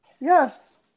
Yes